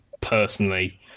personally